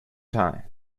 time